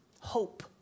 hope